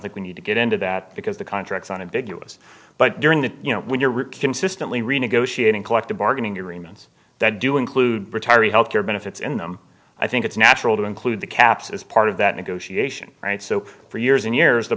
think we need to get into that because the contracts on a big u s but during the you know when you're consistently renegotiating collective bargaining agreements that do include retiree health care benefits in them i think it's natural to include the caps as part of that negotiation right so for years and years the